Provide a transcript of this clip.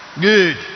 Good